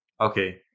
Okay